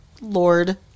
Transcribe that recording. Lord